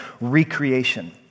recreation